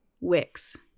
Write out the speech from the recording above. Wix